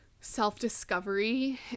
self-discovery